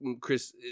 Chris